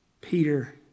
Peter